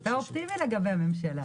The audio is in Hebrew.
אתה אופטימי לגבי הממשלה.